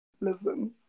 listen